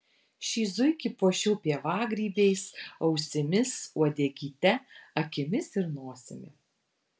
šį zuikį puošiau pievagrybiais ausimis uodegyte akimis ir nosimi